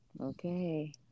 Okay